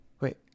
Wait